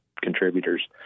contributors